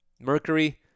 Mercury